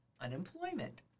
Unemployment